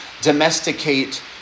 domesticate